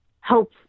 help